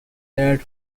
barred